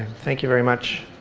thank you very much.